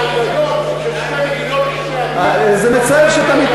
הרעיון של שתי מדינות לשני עמים,